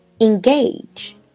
engage